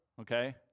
okay